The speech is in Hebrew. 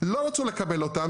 לא רצו לקבל אותם,